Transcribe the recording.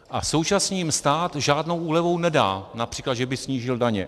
A současně jim stát žádnou úlevu nedá, například že by snížil daně.